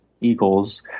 Eagles